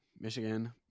Michigan